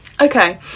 Okay